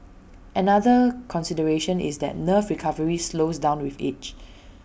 another consideration is that nerve recovery slows down with age